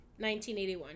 1981